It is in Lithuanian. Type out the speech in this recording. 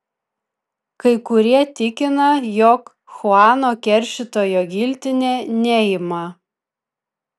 kai kurie tikina jog chuano keršytojo giltinė neima